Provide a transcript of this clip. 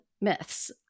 myths